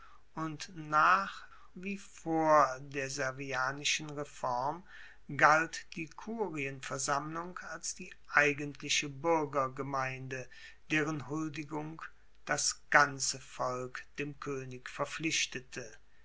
und nach wie vor der servianischen reform galt die kurienversammlung als die eigentliche buergergemeinde deren huldigung das ganze volk dem koenig verpflichtete